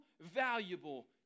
valuable